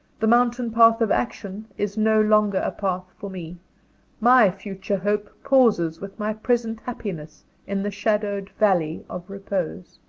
the mountain-path of action is no longer a path for me my future hope pauses with my present happiness in the shadowed valley of repose.